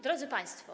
Drodzy Państwo!